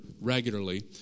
regularly